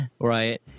right